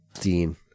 Dean